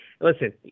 Listen